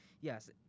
yes